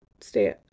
stay